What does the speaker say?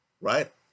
right